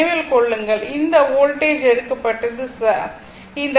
நினைவில் கொள்ளுங்கள் இந்த வோல்டேஜ் எடுக்கப்பட்டது சரி